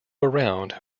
around